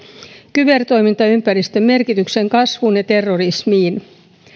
kybertoimintaympäristön merkityksen kasvuun ja terrorismiin